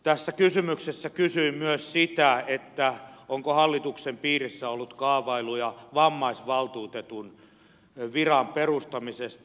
tässä kysymyksessä kysyin myös sitä onko hallituksen piirissä ollut kaavailuja vammaisvaltuutetun viran perustamisesta